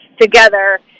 together